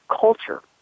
culture